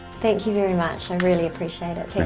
thank you very much. i really appreciate it.